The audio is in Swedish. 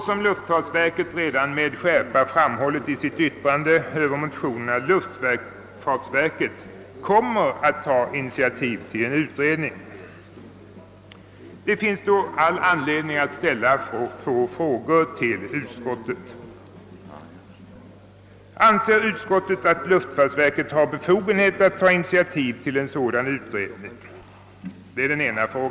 Som luftfartsverket redan med skärpa framhållit i sitt yttrande över motionerna kommer verket att ta initiativ till en utredning. Det finns då all anledning att ställa två frågor till utskottet: Anser utskottet att luftfartsverket har befogenhet att ta initiativ till en sådan utredning?